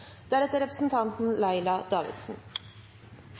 synes representanten Laila Davidsen